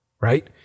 right